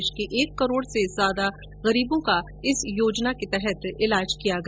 देश के एक करोड से ज्यादा मरीजों का इस योजना के तहत ईलाज किया गया